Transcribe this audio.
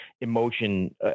emotion